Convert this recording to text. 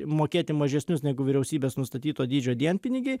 mokėti mažesnius negu vyriausybės nustatyto dydžio dienpinigiai